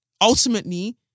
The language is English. Ultimately